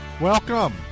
Welcome